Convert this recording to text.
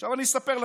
עכשיו אני אספר לכם: